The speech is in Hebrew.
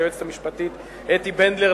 ליועצת המשפטית אתי בנדלר,